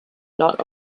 not